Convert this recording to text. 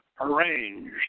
arranged